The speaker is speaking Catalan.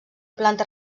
planta